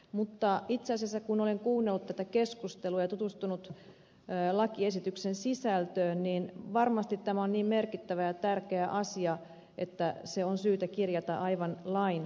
mutta itse asiassa kun olen kuunnellut tätä keskustelua ja tutustunut lakiesityksen sisältöön varmasti tämä on niin merkittävä ja tärkeä asia että se on syytä kirjata aivan lain tasolle